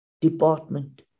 department